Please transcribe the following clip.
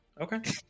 Okay